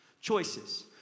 Choices